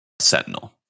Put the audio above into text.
sentinel